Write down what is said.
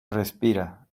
respira